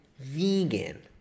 vegan